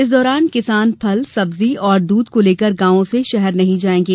इस दौरान किसान फल सब्जी और दूध को लेकर गांवों से शहर नहीं जायेंगे